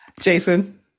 Jason